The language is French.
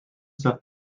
savent